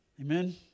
Amen